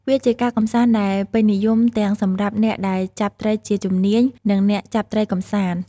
វាជាការកម្សាន្តដែលពេញនិយមទាំងសម្រាប់អ្នកដែលចាប់ត្រីជាជំនាញ និងអ្នកចាប់ត្រីកម្សាន្ត។